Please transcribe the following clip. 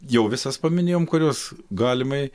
jau visas paminėjom kurios galimai